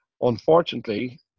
unfortunately